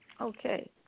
Okay